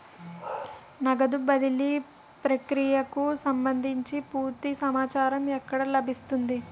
నగదు బదిలీ ప్రక్రియకు సంభందించి పూర్తి సమాచారం ఎక్కడ లభిస్తుంది?